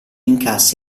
incassi